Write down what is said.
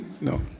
no